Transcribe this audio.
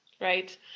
right